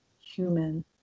human